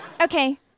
Okay